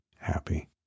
happy